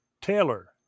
Taylor